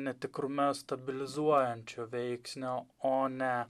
netikrume stabilizuojančio veiksnio o ne